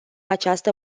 această